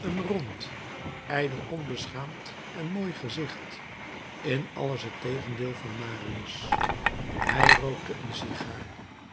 een rond ijdel onbeschaamd en mooi gezicht in alles het tegendeel van marius hij rookte een sigaar